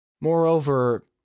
Moreover